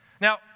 Now